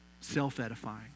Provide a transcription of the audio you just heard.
self-edifying